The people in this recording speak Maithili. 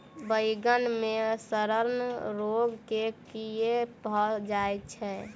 बइगन मे सड़न रोग केँ कीए भऽ जाय छै?